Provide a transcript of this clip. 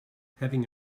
having